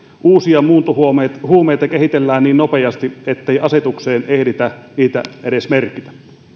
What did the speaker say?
uusia muuntohuumeita kehitellään niin nopeasti ettei asetukseen ehditä niitä edes merkitä